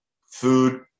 food